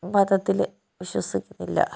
മതത്തിൽ വിശ്വസിക്കുന്നില്ല